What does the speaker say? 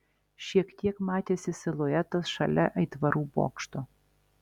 šiek tiek matėsi siluetas šalia aitvarų bokšto